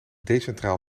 decentraal